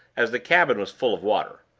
as the cabin was full of water.